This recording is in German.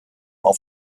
auf